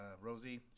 rosie